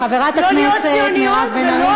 חברת הכנסת מירב בן ארי,